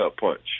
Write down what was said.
punch